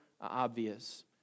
obvious